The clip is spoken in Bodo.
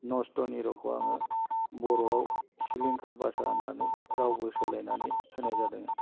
नस्थ' नीर'खौ बर'आव सिलिंखार बासा होन्नानै रावबो सोलायनानै होनाय जादों